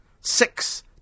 six